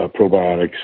probiotics